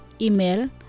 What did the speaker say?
Email